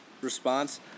response